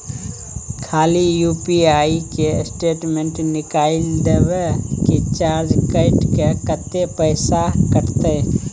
खाली यु.पी.आई के स्टेटमेंट निकाइल देबे की चार्ज कैट के, कत्ते पैसा कटते?